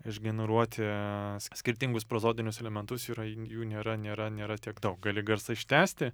išgeneruoti s skirtingus prozodinius elementus yra jų nėra nėra nėra tiek daug gali garsą ištęsti